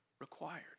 required